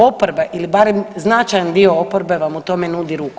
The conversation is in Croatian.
Oporba ili barem značajan dio oporbe vam u tome nudi ruku.